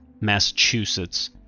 Massachusetts